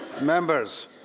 members